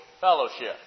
fellowship